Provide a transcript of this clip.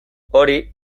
hori